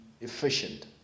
efficient